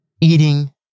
eating-